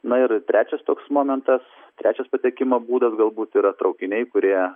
na ir trečias toks momentas trečias patikimo būdas galbūt yra traukiniai kurie